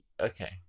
Okay